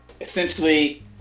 essentially